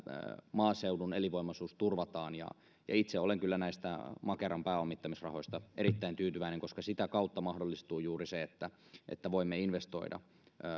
maaseudun elinvoimaisuus turvataan itse olen kyllä näistä makeran pääomittamisrahoista erittäin tyytyväinen koska sitä kautta mahdollistuu juuri se että että voimme investoida